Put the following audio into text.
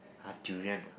!huh! durian